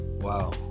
Wow